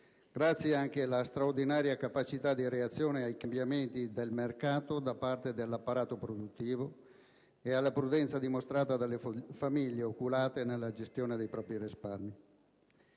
grazie anche alla straordinaria capacità di reazione ai cambiamenti del mercato da parte dell'apparato produttivo e alla prudenza dimostrata dalle famiglie, oculate nella gestione dei propri risparmi.